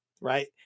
right